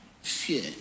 fear